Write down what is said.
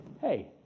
hey